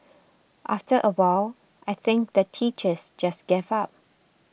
after a while I think the teachers just gave up